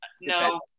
No